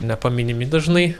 nepaminimi dažnai